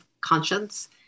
conscience